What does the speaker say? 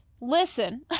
listen